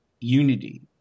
unity